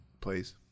please